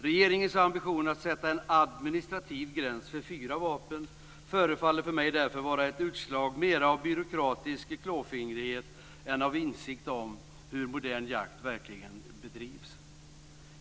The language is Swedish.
Regeringens ambition att sätta en administrativ gräns vid fyra vapen förefaller mig därför mera var ett utslag av byråkratisk klåfingrighet än av insikt om hur modern jakt verkligen bedrivs.